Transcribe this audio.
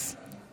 אני